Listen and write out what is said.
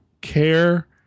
care